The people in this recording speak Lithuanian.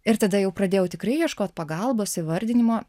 ir tada jau pradėjau tikrai ieškot pagalbos įvardinimo